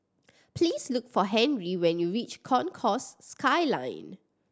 please look for Henry when you reach Concourse Skyline